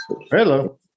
Hello